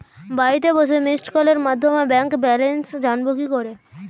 বাড়িতে বসে মিসড্ কলের মাধ্যমে ব্যাংক ব্যালেন্স জানবো কি করে?